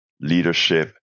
leadership